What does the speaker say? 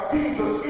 Jesus